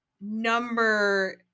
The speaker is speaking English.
number